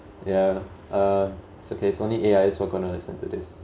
yeah uh it's okay it's only A_I who's gonna listen to this